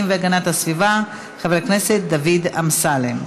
והגנת הסביבה חבר הכנסת דוד אמסלם.